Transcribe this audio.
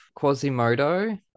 Quasimodo